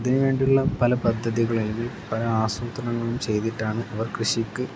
അതിന് വേണ്ടിയുള്ള പല പദ്ധതികളും അല്ലെങ്കില് പല ആസൂത്രണങ്ങളും ചെയ്തിട്ടാണ് അവർ കൃഷിക്ക്